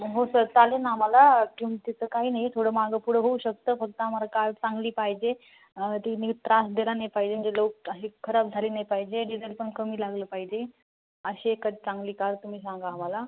हो सर चालेन आम्हाला किमतीचं काही नाही थोडं मागंपुढं होऊ शकतं फक्त आम्हाला कार चांगली पाहिजे तिने त्रास दिला नाही पाहिजे म्हणजे लव काही खराब झाली नाही पाहिजे डिझल पण कमी लागलं पाहिजे अशी एखादी चांगली कार तुम्ही सांगा आम्हाला